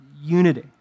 unity